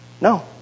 No